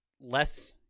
less